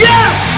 Yes